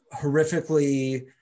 horrifically